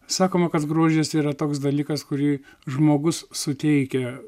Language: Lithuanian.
sakoma kad grožis yra toks dalykas kurį žmogus suteikia